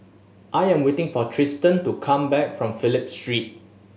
I am waiting for Trystan to come back from Phillip Street